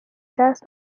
دست